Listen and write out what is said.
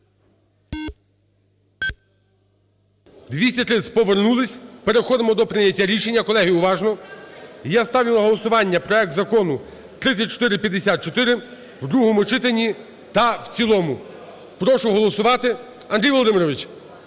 За-230 Повернулись. Переходимо до прийняття рішення. Колеги, уважно! Я ставлю на голосування проект Закону 3454 у другому читанні та в цілому. Прошу голосувати. Андрію Володимировичу,